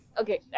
Okay